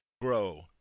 grow